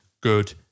good